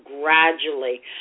gradually